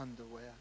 underwear